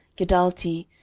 giddalti,